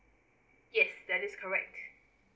yes that is correct